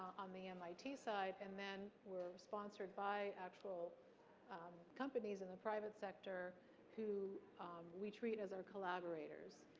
on the mit side, and then we're sponsored by actual companies in the private sector who we treat as our collaborators.